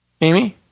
Amy